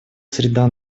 среда